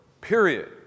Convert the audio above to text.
period